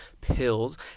pills